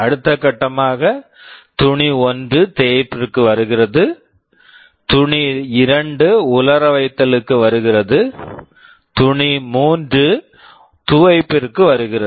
அடுத்த கட்டமாக துணி 1 தேய்ப்பிற்கு வருகிறது துணி 2 உலர வைத்தலுக்கு வருகிறது துணி 3 துவைப்பிற்கு வருகிறது